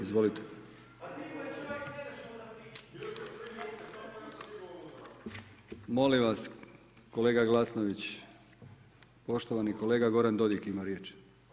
Izvolite. … [[Upadica se ne čuje.]] Molim vas kolega Glasnović, poštovani kolega Goran Dodig ima riječ.